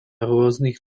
rôznych